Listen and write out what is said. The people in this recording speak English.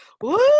Woo